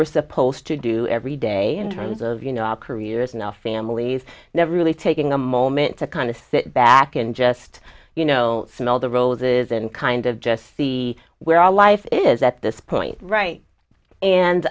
we're supposed to do every day in terms of you know our careers in the families never really taking a moment to kind of sit back and just you know smell the roses and kind of just see where our life is at this point right